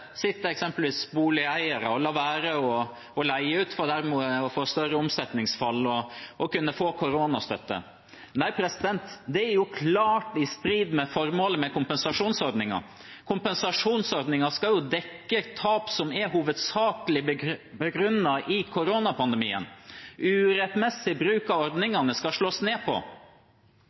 boligeiere lar være å leie ut for dermed å få større omsetningsfall og kunne få koronastøtte. Det er jo klart i strid med formålet med kompensasjonsordningen. Kompensasjonsordningen skal jo dekke tap som hovedsakelig er begrunnet i koronapandemien. Urettmessig bruk av ordningen skal slås ned på.